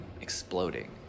exploding